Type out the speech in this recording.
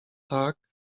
tak